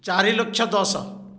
ଚାରି ଲକ୍ଷ ଦଶ